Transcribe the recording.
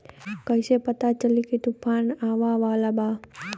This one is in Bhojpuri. कइसे पता चली की तूफान आवा वाला बा?